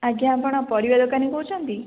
ଆଜ୍ଞା ଆପଣ ପରିବା ଦୋକାନୀ କହୁଛନ୍ତି